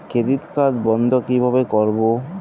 Credit card বন্ধ কিভাবে করবো?